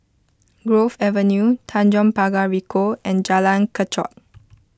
Grove Avenue Tanjong Pagar Ricoh and Jalan Kechot